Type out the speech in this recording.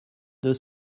deux